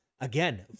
again